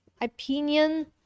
opinion